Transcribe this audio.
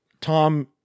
Tom